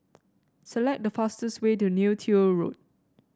select the fastest way to Neo Tiew Road